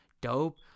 Dope